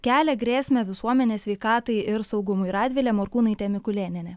kelia grėsmę visuomenės sveikatai ir saugumui radvilė morkūnaitė mikulėnienė